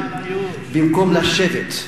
במקום לשבת,